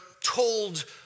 told